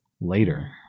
later